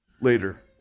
later